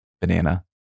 banana